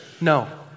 no